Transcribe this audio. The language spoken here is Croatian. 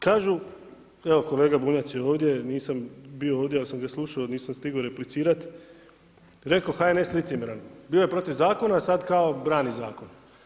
Kažu, evo kolega Bunjac je ovdje, nisam bio ovdje, ali sam ga slušao, nisam stigao replicirat, rekao HNS licemjeran, bio je protiv zakona, sad kao brani zakon.